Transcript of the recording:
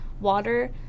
water